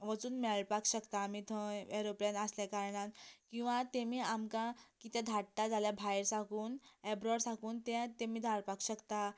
वचून मेळपाक शकता आमी थंय एरोप्लेन आसले कारणान किंवां तेमी आमकां कितें धाडटा जाल्यार भायर साकून एब्रोड साकून ते तामी धाडपाक शकता